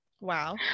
wow